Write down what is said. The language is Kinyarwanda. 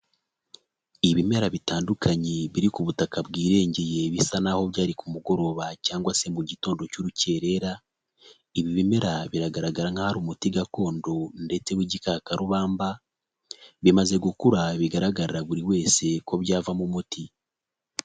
Ibimera bitandukanye biri ku butaka bwirengeye bisa n'aho byari ku mugoroba cyangwa se mu gitondo cy'urukerera, ibi bimera biragaragara nk'aho ari umuti gakondo ndetse w'igikakarubamba, bimaze gukura bigaragarira buri wese ko byavamo umuti.